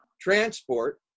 transport